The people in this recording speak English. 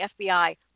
FBI